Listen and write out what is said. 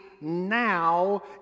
now